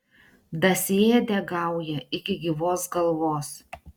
dasiėdė gauja iki gyvos galvos